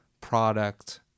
product